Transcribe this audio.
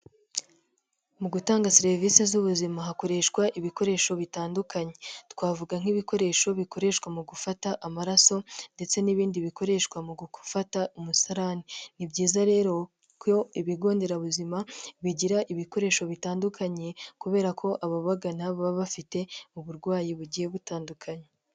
Mu gutanga serivise z'ubuzima hakoreshwa ibikoresho bitandukanye, twavuga nk'ibikoresho bikoreshwa mu gufata amaraso ndetse n'ibindi bikoreshwa mu gufata umusarane, ni byiza rero ko ibigo nderabuzima bigira ibikoresho bitandukanye kubera ko ababagana, baba bafite uburwayi bugiye butandukanye.